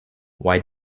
why